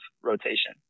rotation